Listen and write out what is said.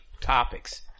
topics